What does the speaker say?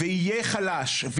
יהיה חלש,